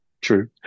True